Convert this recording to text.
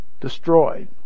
destroyed